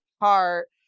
heart